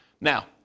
Now